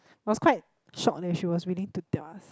was quite shocked leh she was willing to tell us